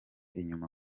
inyuma